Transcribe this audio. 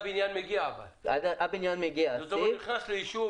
כלומר הסיב נכנס ליישוב,